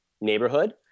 neighborhood